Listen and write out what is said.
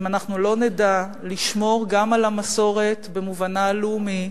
אם אנחנו לא נדע לשמור גם על המסורת במובנה הלאומי,